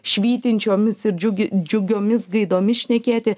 švytinčiomis ir džiugi džiugiomis gaidomis šnekėti